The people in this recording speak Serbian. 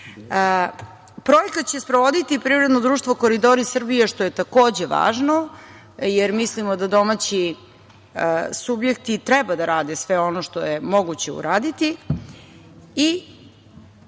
fakti. Projekat će sprovoditi privredno društvo Koridori Srbije, što je takođe važno, jer mislimo da domaći subjekti treba da rade sve ono što je moguće uraditi